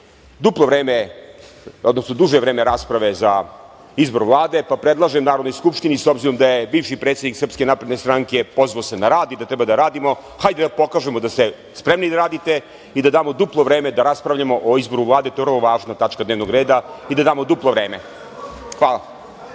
duplo vreme, odnosno duže vreme rasprave za izbor Vlade, pa predlažem Narodnoj skupštini, s obzirom da se bivši predsednik Srpske napredne stranke pozvao na rad i da treba da radimo, hajde da pokažemo da ste spremni da radite i da damo duplo vreme da raspravljamo o izboru Vlade. To je vrlo važna tačka dnevnog reda i da damo duplo vreme. Hvala.